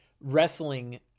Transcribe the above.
wrestling